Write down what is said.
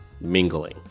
mingling